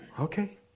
okay